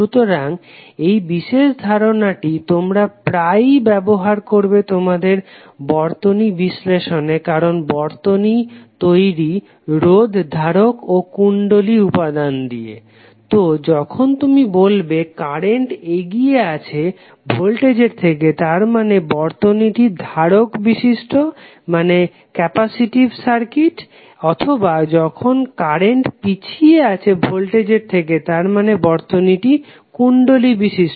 সুতরাং এই বিশেষ ধারনাটি তোমরা প্রায়ই ব্যবহার করবে তোমাদের বর্তনী বিশ্লেষণে কারণ বর্তনী তৈরি রোধ ধারক এবং কুণ্ডলী resistor capacitor inductor উপাদান দিয়ে তো যখন তুমি বলবে কারেন্ট এগিয়ে আছে ভোল্টেজের থেকে তার মানে বর্তনীটি ধারক বিশিষ্ট অথবা যখন কারেন্ট পিছিয়ে আছে ভোল্টেজের থেকে তার মানে বর্তনীটি কুণ্ডলী বিশিষ্ট